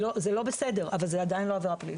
זה לא בסדר, אבל זה עדיין לא עבירה פלילית.